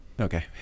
Okay